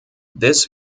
this